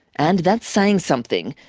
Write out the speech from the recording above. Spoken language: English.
and that's saying something,